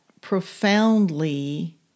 profoundly